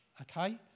okay